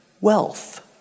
wealth